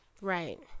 Right